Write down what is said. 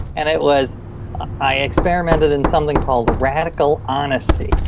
and it was i experimented in something called a radical honesty.